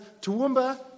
Toowoomba